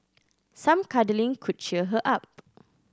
some cuddling could cheer her up